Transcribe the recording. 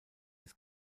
des